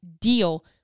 deal